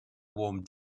warm